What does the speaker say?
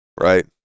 right